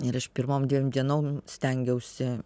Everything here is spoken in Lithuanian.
ir aš pirmom dviem dienom stengiausi